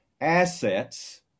assets